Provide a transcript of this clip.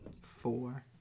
four